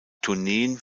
tourneen